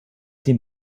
dem